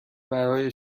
برای